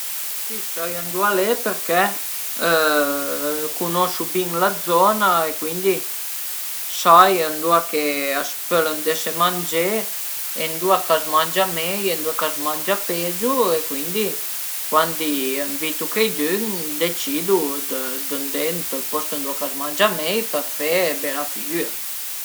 sustenu la CIP ch'al e üna asuciasiun për ël cinema e cuindi përché mi a scola ai partecipà për ën po d'ani a custa asuciasiun e al e piazüme tantu, cuindi dizuma che sustenu custa asuciasiun si